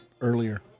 earlier